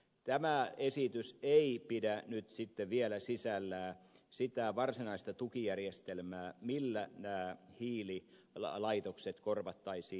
tämä esitys ei pidä nyt sitten vielä sisällään sitä varsinaista tukijärjestelmää millä nämä hiililaitokset korvattaisiin